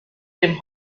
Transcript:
dem